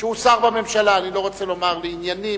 שהוא שר בממשלה, אני לא רוצה לומר "לעניינים",